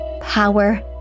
power